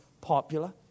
popular